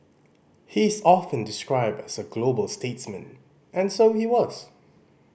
he is often described as a global statesman and so he was